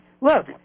Look